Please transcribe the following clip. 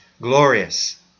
glorious